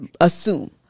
assume